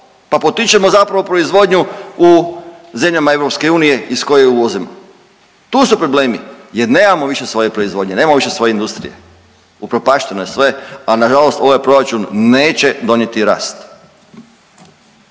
pa potičemo zapravo proizvodnju u zemljama EU iz koje uvozimo, tu su problemi jer nemamo više svoje proizvodnje, nemamo više svoje industrije, upropašteno je sve, a nažalost ovaj proračun neće donijeti rast.